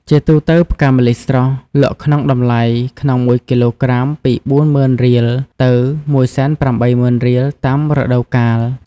ជាទូទៅ ផ្កាម្លិះ ស្រស់ លក់ក្នុងតម្លៃក្នុងមួយគីឡូក្រាមពី ៤០០០០រៀលទៅ ១៨០០០០រៀល តាមរដូវកាល ៕